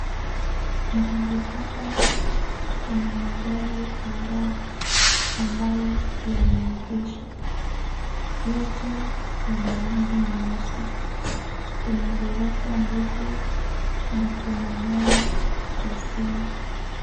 Mahali hapa kuna magari kadhaa ambayo yameegeshwa. Yote yana rangi nyeusi. Kuna ghorofa ndefu na kuna nyaya za stima.